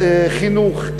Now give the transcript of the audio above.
חינוך,